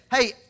hey